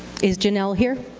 is janelle here?